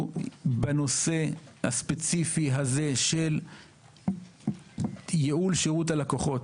בנושא הספציפי הזה של ייעול שירות הלקוחות.